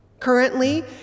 Currently